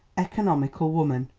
economical woman,